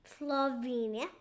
Slovenia